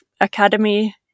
academy